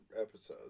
episodes